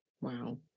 Wow